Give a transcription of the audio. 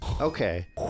okay